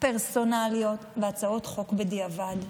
פרסונליות והצעות חוק בדיעבד,